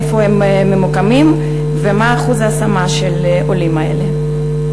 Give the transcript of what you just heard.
איפה הם ממוקמים ומה אחוז ההשמה של העולים האלה.